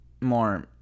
more